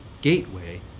gateway